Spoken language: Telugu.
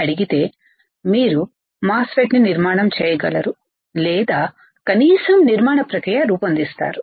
అడిగితే మీరు మాస్ ఫెట్ ని నిర్మాణం చేయగలరు లేదా కనీసం నిర్మాణ ప్రక్రియ రూపొందిస్తారు